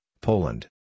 Poland